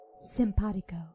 simpatico